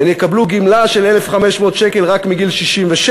הן יקבלו גמלה של 1,500 שקל רק מגיל 67,